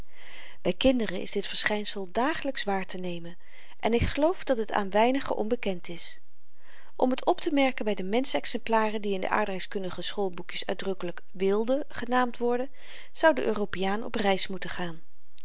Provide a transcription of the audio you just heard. by kinderen is dit verschynsel dagelyks waartenemen en ik geloof dat het aan weinigen onbekend is om t optemerken by de mensch exemplaren die in de aardrykskundige schoolboekjes uitdrukkelyk wilden genaamd worden zou de europeaan op reis moeten gaan